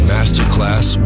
Masterclass